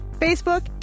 Facebook